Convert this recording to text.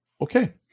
Okay